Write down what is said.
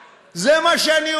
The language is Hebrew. מה?